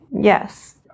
Yes